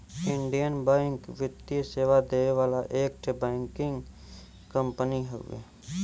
Indian bank वित्तीय सेवा देवे वाला एक ठे बैंकिंग कंपनी हउवे